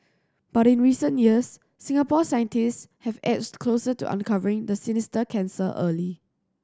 but in recent years Singapore scientists have edged closer to uncovering the sinister cancer early